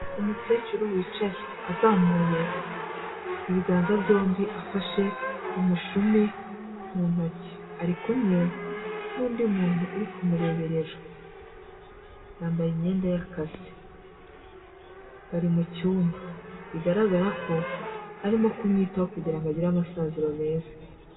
Umukecuru wicaye azamuye ibiganza byombi, afashe umushumi mu ntoki, ari kumwe n'undi muntu uri kumureberera, yambaye imyenda y'akazi, bari mu cyumba, bigaragara ko arimo kumwitaho kugira ngo agire amasaziro meza.